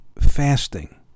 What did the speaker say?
fasting